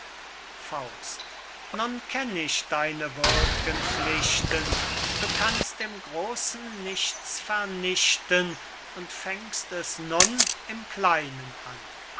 gehn nun kenn ich deine würd'gen pflichten du kannst im großen nichts vernichten und fängst es nun im kleinen an